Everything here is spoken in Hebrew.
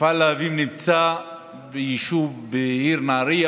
מפעל להבים נמצא בעיר נהריה.